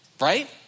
right